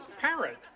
Parrot